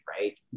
right